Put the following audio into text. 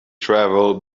travel